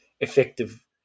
effective